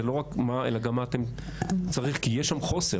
זה לא רק מה אלא גם מה צריך כי יש שם חוסר.